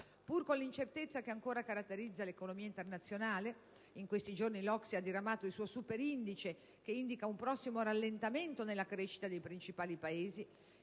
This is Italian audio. Pur con l'incertezza che ancora caratterizza l'economia internazionale (in questi giorni l'OCSE ha diramato il suo «superindice» che indica un prossimo rallentamento nella crescita dei principali Paesi)